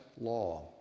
law